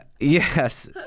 Yes